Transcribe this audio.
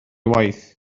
waith